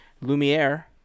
Lumiere